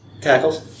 Tackles